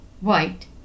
white